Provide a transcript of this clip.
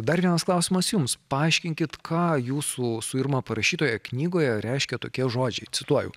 dar vienas klausimas jums paaiškinkit ką jūsų su irma parašytoje knygoje reiškia tokie žodžiai cituoju